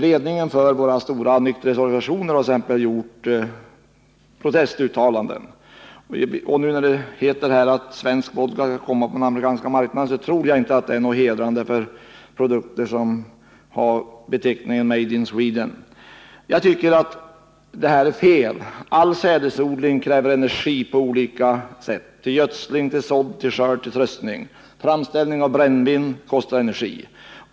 Ledningen för våra stora nykterhetsorganisationer har t.ex. gjort protestuttalanden. När det nu sägs att svensk vodka skall exporteras till den amerikanska marknaden tror jag inte att det är någonting hedrande för produkter som har beteckningen ”Made in Sweden”. Jag tycker att det här är fel. All sädesodling kräver på olika sätt energi: till gödsling, sådd, skörd och tröskning. Framställning av brännvin kostar energi.